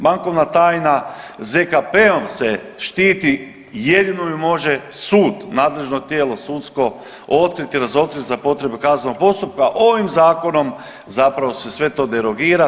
Bankovna tajna ZKP-om se štiti, jedino mi može sud, nadležno tijelo sudsko otkriti, razotkriti za potrebe kaznenog postupka ovim zakonom zapravo se sve to derogira.